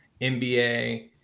NBA